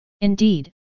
Indeed